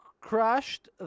crashed